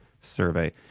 survey